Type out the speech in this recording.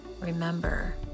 Remember